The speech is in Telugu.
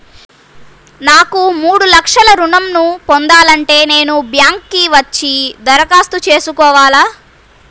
నాకు మూడు లక్షలు ఋణం ను పొందాలంటే నేను బ్యాంక్కి వచ్చి దరఖాస్తు చేసుకోవాలా?